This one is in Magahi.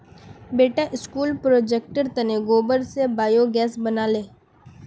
बेटा स्कूल प्रोजेक्टेर तने गोबर स बायोगैस बना ले